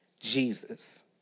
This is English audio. Jesus